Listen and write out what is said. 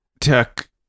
Tuck